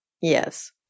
Yes